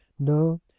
no!